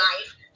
life